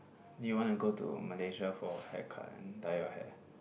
you wanna go to Malaysia for hair cut dye your hair